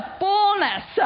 fullness